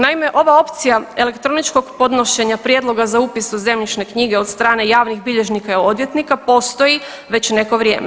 Naime, ova opcija elektroničkog podnošenja prijedloga za upis u zemljišne knjige od strane javnih bilježnika i odvjetnika postoji već neko vrijeme.